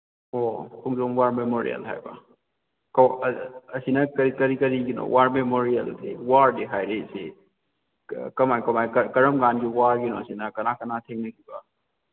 ꯑꯣ Khongjom war memorial ꯍꯥꯏꯕ ꯑꯣ ꯑꯁꯤꯅ ꯀꯔꯤ ꯀꯔꯤ ꯀꯔꯤꯒꯤꯅꯣ ꯋꯥꯔ ꯃꯦꯃꯣꯔꯤꯌꯜꯁꯤ ꯋꯥꯔꯗꯤ ꯍꯥꯏꯔꯤꯁꯤ ꯀꯃꯥꯏ ꯀꯃꯥꯏ ꯀꯔꯝꯀꯥꯟꯒꯤ ꯋꯥꯔꯒꯤꯅꯣ ꯁꯤꯅ ꯀꯅꯥ ꯀꯅꯥ ꯊꯦꯡꯅꯈꯤꯕ